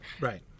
Right